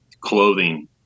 clothing